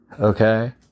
okay